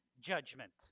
judgment